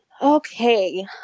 Okay